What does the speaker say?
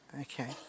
okay